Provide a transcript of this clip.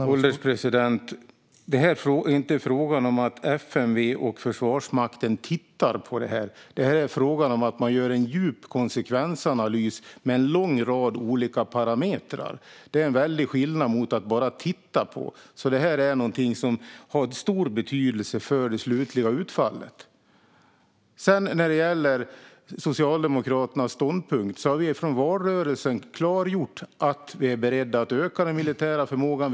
Herr ålderspresident! Det är inte fråga om att FMV och Försvarsmakten "tittar på" det här. Det är fråga om att man gör en djup konsekvensanalys med en lång rad olika parametrar. Det är en väldig skillnad mot att bara "titta på" något. Det här är någonting som har stor betydelse för det slutliga utfallet. När det gäller Socialdemokraternas ståndpunkt har vi från valrörelsen klargjort att vi är beredda att öka den militära förmågan.